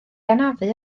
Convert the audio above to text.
anafu